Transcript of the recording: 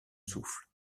souffle